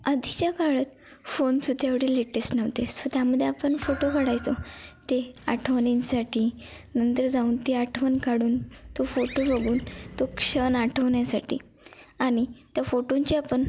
आधीच्या काळात फोन सुद्धा एवढे लेटेस्ट नव्हते सो त्यामध्ये आपण फोटो काढायचो ते आठवणींसाठी नंतर जाऊन ती आठवण काढून तो फोटो बघून तो क्षण आठवण्यासाठी आणि त्या फोटोंची आपण